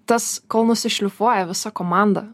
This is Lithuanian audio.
tas kol nusišlifuoja visa komanda